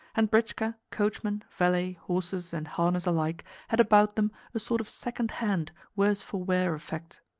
and britchka, coachman, valet, horses, and harness alike had about them a sort of second-hand, worse-for-wear effect.